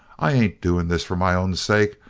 i ain't doing this for my own sake.